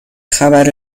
خبر